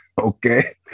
okay